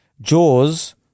Jaws